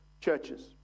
churches